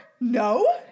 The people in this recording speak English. No